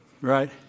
Right